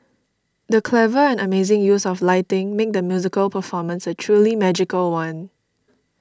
the clever and amazing use of lighting made the musical performance a truly magical one